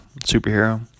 superhero